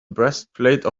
breastplate